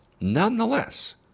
nonetheless